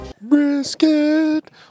Brisket